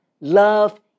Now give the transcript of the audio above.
Love